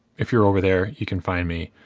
if you're over there, you can find me.